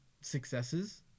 successes